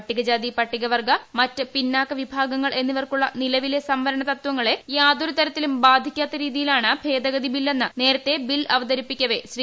പട്ടികജാതിപട്ടികവർഗ്ഗ മറ്റ് പിന്നാക്ക വിഭാഗങ്ങൾ എന്നിവർക്കുള്ള നിലവിലുള്ള സംവരണ തത്വങ്ങളെ യാതൊരു തരത്തിലും ബാധിക്കാത്ത രീതിയിലാണ് ഭേദഗതി ബില്ലെന്ന് നേരത്തെ ബിൽ അവതരിപ്പിക്കവേ ശ്രീ